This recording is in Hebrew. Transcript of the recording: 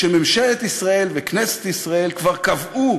שממשלת ישראל וכנסת ישראל כבר קבעו